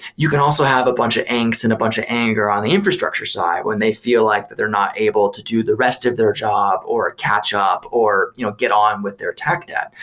you can also have a bunch of angst and a bunch of anger on the infrastructure side when they feel like that they're not able to do the rest of their job or catch up or you know get on with their tech dev.